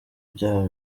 byaba